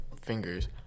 fingers